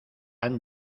han